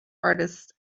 artists